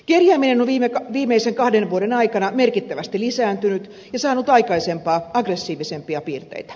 kerjääminen on viimeisen kahden vuoden aikana merkittävästi lisääntynyt ja saanut aikaisempaa aggressiivisempia piirteitä